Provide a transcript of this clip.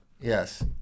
Yes